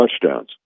touchdowns